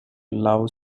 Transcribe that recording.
love